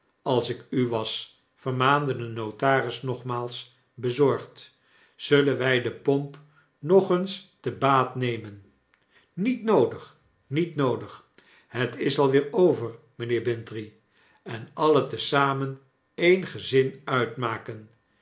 als ik u was vermaande de notaris nogmaals bezorgd zullen wy de pomp nog eens te baat nemen niet noodig niet noodig het is alweer over mynheer bintrey en alien te zamen een gezin uitmaken